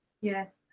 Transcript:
Yes